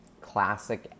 classic